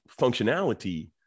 functionality